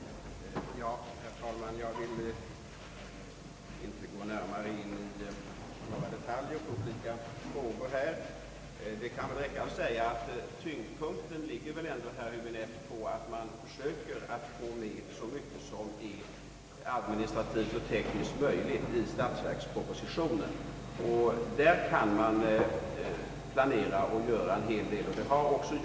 Herr talman! Jag vill inte gå närmare in i några detaljer på olika punkter — det kan räcka med att säga, herr Häbinette, att tyngdpunkten väl ändå ligger på att vi i statsverkspropositionen får med så mycket som är administrativt och tekniskt möjligt. Därvidlag kan man planera och göra en hel del, och detta har även skett.